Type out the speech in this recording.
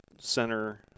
center